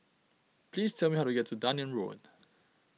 please tell me how to get to Dunearn Road